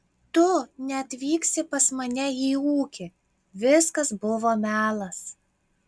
tu neatvyksi pas mane į ūkį viskas buvo melas